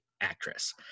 actress